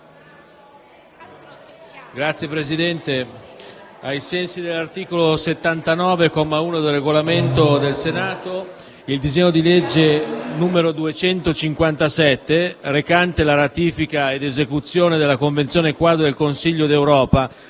le comunico che ai sensi dell'articolo 79, comma 1, del Regolamento del Senato, il disegno di legge n. 257, recante «Ratifica ed esecuzione della Convenzione quadro del Consiglio d'Europa